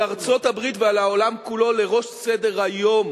על ארצות-הברית ועל העולם כולו לראש סדר היום